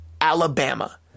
Alabama